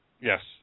Yes